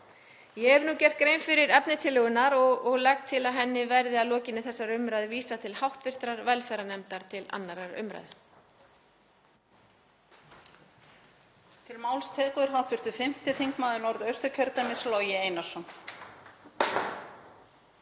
Ég hef nú gert grein fyrir efni tillögunnar og legg til að henni verði að lokinni þessari umræðu vísað til hv. velferðarnefndar og síðari umræðu.